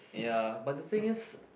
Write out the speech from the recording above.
ya but the thing is